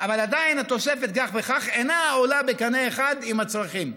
אבל עדיין התוספת כך וכך אינה עולה בקנה אחד עם הצרכים?